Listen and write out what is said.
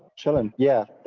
chilling. yeah,